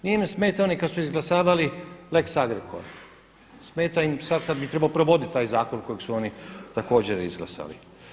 Nije im smetao ni kada su izglasavali lex Agrokor, smeta im sada kada bi trebao provodi taj zakon kojeg su oni također izglasali.